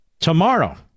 Tomorrow